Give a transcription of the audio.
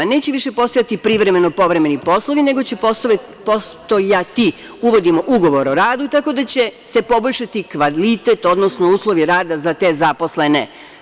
Neće više postojati privremeno-povremeni poslovi, nego uvodimo ugovor o radu, tako da će se poboljšati kvalitet, odnosno uslovi rada za te zaposlene.